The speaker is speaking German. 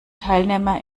teilnehmer